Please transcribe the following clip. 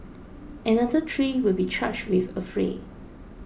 another three will be charged with affray